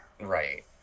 Right